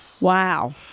Wow